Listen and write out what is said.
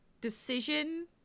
decision